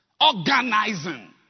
Organizing